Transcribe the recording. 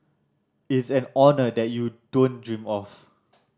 it's an honour that you don't dream of